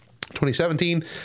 2017